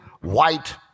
white